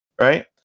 Right